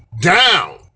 down